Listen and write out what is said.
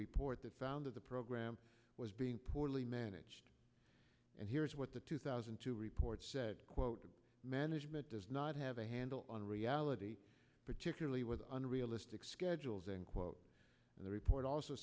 that found of the program was being poorly managed and here's what the two thousand and two report said quote the management does not have a handle on reality particularly with unrealistic schedules end quote and the report also